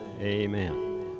amen